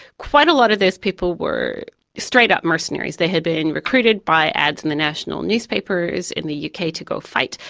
quite a lot of those people were straight-up mercenaries. they had been recruited by ads in the national newspapers in the yeah uk to go fight,